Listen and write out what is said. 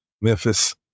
Memphis